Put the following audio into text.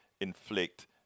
inflict